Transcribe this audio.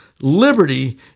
liberty